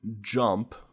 Jump